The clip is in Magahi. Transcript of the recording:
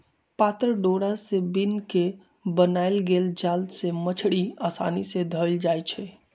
पातर डोरा से बिन क बनाएल गेल जाल से मछड़ी असानी से धएल जाइ छै